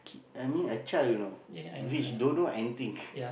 kid I mean a child you know which don't know anything